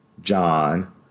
John